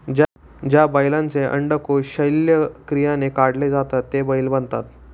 ज्या बैलांचे अंडकोष शल्यक्रियाने काढले जातात ते बैल बनतात